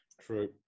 true